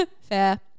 Fair